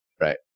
right